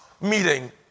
meeting